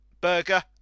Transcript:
burger